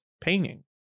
painting